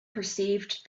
perceived